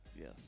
Yes